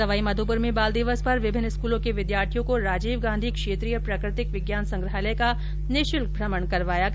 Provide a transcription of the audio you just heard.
सवाईमाधोपुर में बाल दिवस पर विभिन्न स्कूलों के विद्यार्थियों को राजीव गांधी क्षेत्रीय प्राकृतिक विज्ञान संग्रहालय का निःशुल्क भ्रमण करवाया गया